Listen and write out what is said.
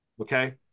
Okay